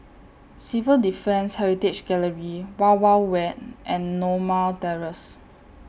Civil Defence Heritage Gallery Wild Wild Wet and Norma Terrace